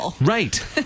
Right